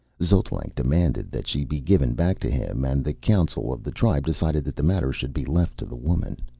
xotalanc demanded that she be given back to him, and the council of the tribe decided that the matter should be left to the woman.